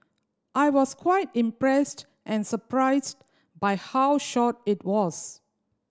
I was quite impressed and surprised by how short it was